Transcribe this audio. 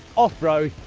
off-road,